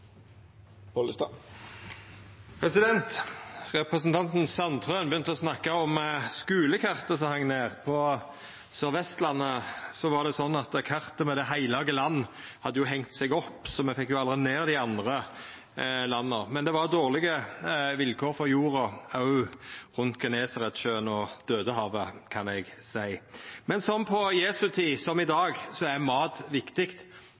Representanten Sandtrøen snakka om skulekartet som hang ned. På Sørvestlandet var det sånn at kartet over det heilage landet hadde hengt seg opp, så me fekk aldri ned dei andre karta. Men det var dårlege vilkår òg for jorda rundt Genesaretsjøen og Daudehavet, kan eg seia. På Jesu tid, som i dag, var mat viktig,